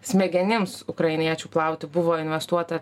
smegenims ukrainiečių plauti buvo investuota